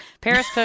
Paris